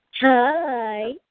Hi